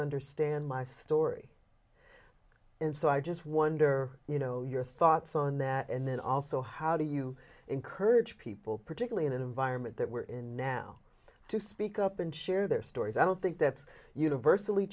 understand my story and so i just wonder you know your thoughts on that and then also how do you encourage people particularly in an environment that we're in now to speak up and share their stories i don't think that's universally